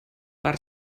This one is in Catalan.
per